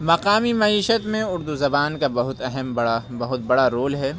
مقامی معیشت میں اردو زبان کا بہت اہم بڑا بہت بڑا رول ہے